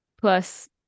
plus